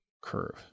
curve